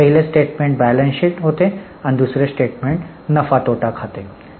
पहिले statement balance sheet होते दुसरे स्टेटमेंट नफा तोटा खाते होते